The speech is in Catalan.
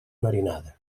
marinada